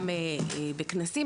גם הסברנו בכנסים,